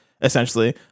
essentially